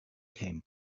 came